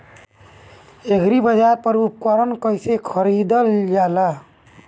एग्रीबाजार पर उपकरण कइसे खरीदल जाला?